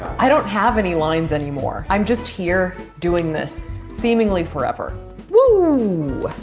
i don't have any lines anymore. i'm just here doing this seemingly forever whoo!